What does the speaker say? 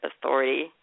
authority